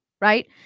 Right